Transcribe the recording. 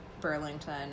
Burlington